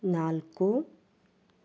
ನಾಲ್ಕು